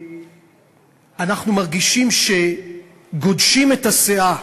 אנחנו מרגישים שגודשים את הסאה.